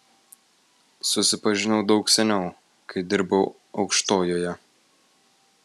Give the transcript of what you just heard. susipažinau daug seniau kai dirbau aukštojoje